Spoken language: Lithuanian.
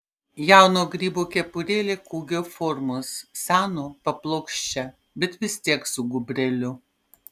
jauno grybo kepurėlė kūgio formos seno paplokščia bet vis tiek su gūbreliu